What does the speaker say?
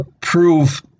prove